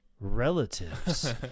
relatives